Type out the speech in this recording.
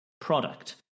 product